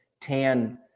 tan